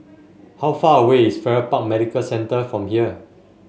how far away is Farrer Park Medical Centre from here